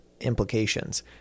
implications